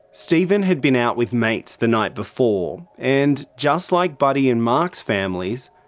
stephen had been out with mates the night before and just like buddy's and mark's families,